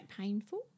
painful